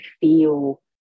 feel